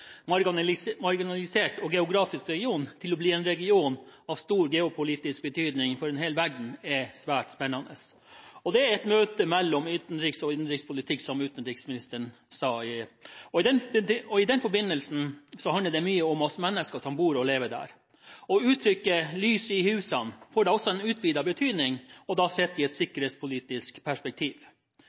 relativt marginalisert geografisk region til å bli en region av stor geopolitisk betydning for en hel verden er svært spennende. Det er et møte mellom utenrikspolitikk og innenrikspolitikk, som utenriksministeren sa. I den forbindelse handler det mye om oss mennesker som bor og lever der. Uttrykket «lys i husan» får utvidet betydning – da sett i et sikkerhetspolitisk perspektiv.